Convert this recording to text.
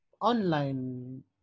online